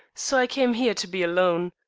so i came here to be alone.